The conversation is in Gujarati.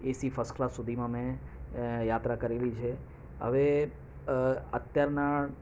એસી ફર્સ્ટ ક્લાસ સુધીમાં મેં યાત્રા કરેલી છે હવે અત્યારના